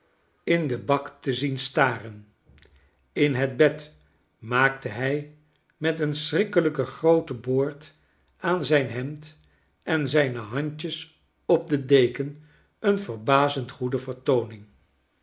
in den bak te zien staren in het bed maakte hij meteenschrikkelijk grooten boord aan zijn hemd en zijne handjes op de deken eene verbazend goede vertooning